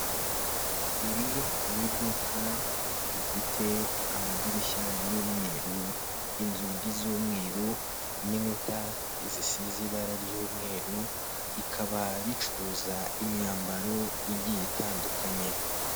Iri ni iduka rifite amadirishya y'umweru, inzugi z'umweru n'inkuta zisize ibara ry'umweru, rikaba ricuruza imyambaro igiye itandukanye.